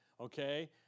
okay